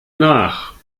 nach